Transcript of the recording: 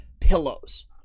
pillows